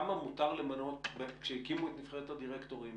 כשהקימו את נבחרת הדירקטורים,